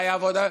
והיה "עבודה"